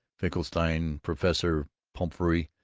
finkelstein, professor pumphrey,